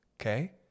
okay